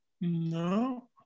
No